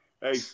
Hey